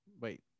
wait